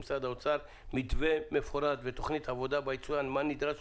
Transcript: משרד האוצר מתווה מפורט ותכנית עבודה מה נדרש